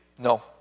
No